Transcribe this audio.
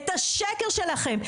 את השקר שלכם,